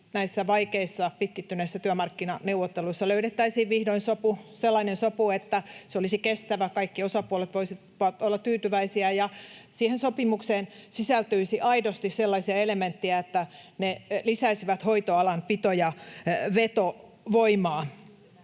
näissä vaikeissa pitkittyneissä työmarkkinaneuvotteluissa löydettäisiin vihdoin sopu, sellainen sopu, että se olisi kestävä, kaikki osapuolet voisivat olla tyytyväisiä ja siihen sopimukseen sisältyisi aidosti sellaisia elementtejä, että ne lisäisivät hoitoalan pito- ja vetovoimaa.